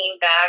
back